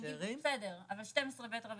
אבל הכוונה לפי 12ב'?